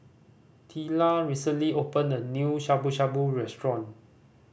Teela recently opened a new Shabu Shabu Restaurant